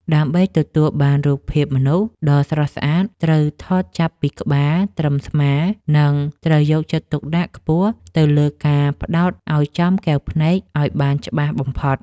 ដើម្បីទទួលបានរូបភាពមនុស្សដ៏ស្រស់ស្អាតត្រូវថតចាប់ពីក្បាលត្រឹមស្មា និង ត្រូវយកចិត្តទុកដាក់ខ្ពស់ទៅលើការផ្ដោតឱ្យចំកែវភ្នែកឱ្យបានច្បាស់បំផុត។